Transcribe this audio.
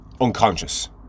unconscious